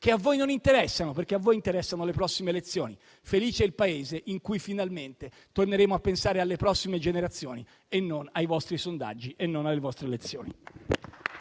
che a voi non interessano, perché a voi interessano le prossime elezioni. Felice il Paese in cui finalmente torneremo a pensare alle prossime generazioni e non ai vostri sondaggi e alle vostre elezioni.